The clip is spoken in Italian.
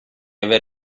aver